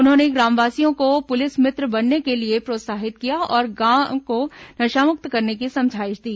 उन्होंने ग्रामवासियों को पुलिस मित्र बनने के लिए प्रोत्साहित किया और गांव को नशामुक्त करने की समझाईश दी